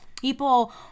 People